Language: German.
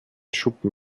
schuppen